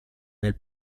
nel